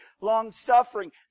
long-suffering